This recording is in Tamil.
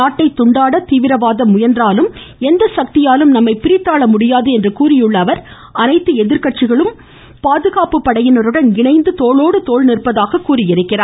நாட்டை துண்டாட தீவிரவாதம் முயன்றாலும் எந்த சக்தியாலும் நம்மை பிரித்தாள முடியாது என்று கூறியுள்ள அவர் அனைத்து எதிர்கட்சிகளோடு பாதுகாப்பு படையினர் இணைந்து தோளோடு தோள் நிற்பதாகவும் கூறியிருக்கிறார்